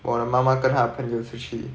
我的妈妈跟她朋友出去